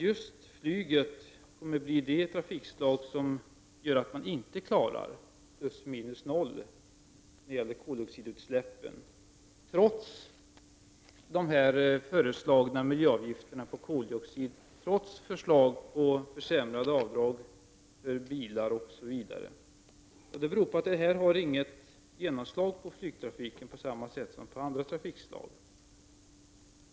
Just flyget kommer att bli det trafikslag som gör att man inte klarar plus-minus-noll-målet för koldioxidutsläppen, trots de föreslagna miljöavgifterna på koldioxidutsläpp och trots förslag om begränsning av avdragsmöjligheterna för bilresor, osv. Det beror på att dessa åtgärder inte har något genomslag på flygtrafiken på samma sätt som på andra trafikslag.